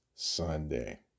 Sunday